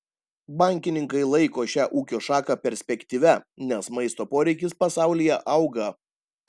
bankininkai laiko šią ūkio šaką perspektyvia nes maisto poreikis pasaulyje auga